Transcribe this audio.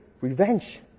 revenge